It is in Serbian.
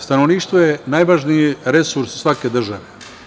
Stanovništvo je najvažniji resurs svake države.